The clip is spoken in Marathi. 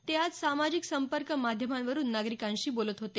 ते आज सामाजिक संपर्क माध्यमांवरून नागरिकांशी बोलत होते